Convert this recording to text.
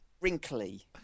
Wrinkly